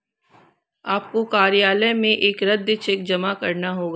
आपको कार्यालय में एक रद्द चेक जमा करना होगा